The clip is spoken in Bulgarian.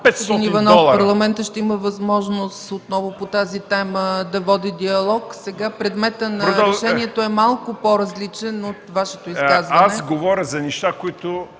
Аз говоря за неща, които